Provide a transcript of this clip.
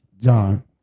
John